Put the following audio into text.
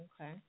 Okay